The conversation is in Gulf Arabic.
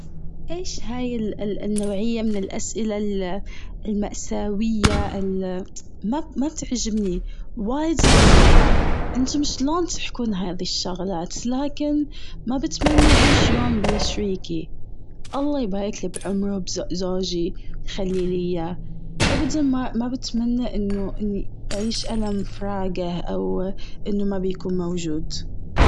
ايش هاي النوعية من الأسئلة ال- المأساوية ال- ما بتعجبني. وايد بكرهها. إنتوا شلون تحكون هذي الشغلات لكن ما بتمنى عيش يوم بلا شريكي. الله يبارك لي بعمره بزق زوجي. يخلي لي إياه أبداً ما بتمنى إنه إني اعيش ألم فراقه أو أنه ما بيكون موجود.